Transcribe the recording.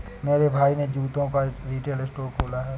मेरे भाई ने जूतों का रिटेल स्टोर खोला है